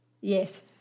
Yes